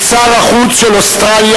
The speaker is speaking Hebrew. את שר החוץ של אוסטרליה,